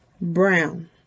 brown